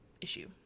issue